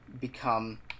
become